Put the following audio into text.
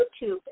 YouTube